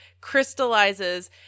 crystallizes